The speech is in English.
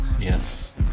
yes